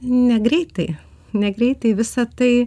negreitai negreitai visa tai